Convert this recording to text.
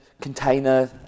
container